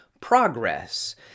progress